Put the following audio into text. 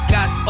Got